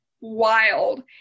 wild